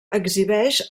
exhibeix